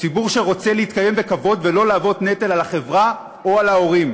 ציבור שרוצה להתקיים בכבוד ולא להוות נטל על החברה או על ההורים,